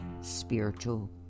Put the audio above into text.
Spiritual